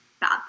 bad